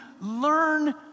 learn